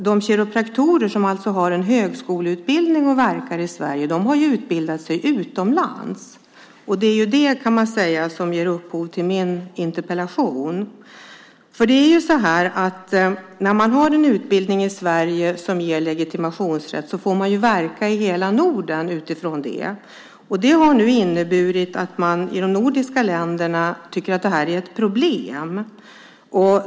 De kiropraktorer som alltså har en högskoleutbildning och verkar i Sverige har utbildat sig utomlands. Det är detta som gav upphov till min interpellation. När man har en utbildning i Sverige som ger legitimationsrätt får man verka i hela Norden. Det har nu inneburit att man i de nordiska länderna tycker att det här är ett problem.